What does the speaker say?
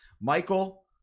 Michael